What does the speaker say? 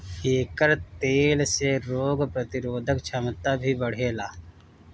एकर तेल से रोग प्रतिरोधक क्षमता भी बढ़ेला